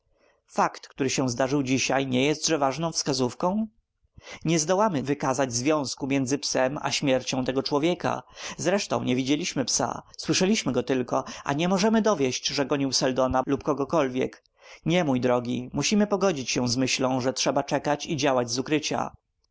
fakt który się zdarzył dzisiaj nie jest-że ważną poszlaką nie zdołamy wykazać związku pomiędzy psem a śmiercią tego człowieka zresztą nie widzieliśmy psa słyszeliśmy go tylko a nie możemy dowieść że gonił seldona lub kogobądź nie mój drogi musimy pogodzić się z myślą że trzeba czekać i działać z ukrycia